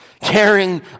Caring